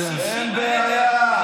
אין בעיה.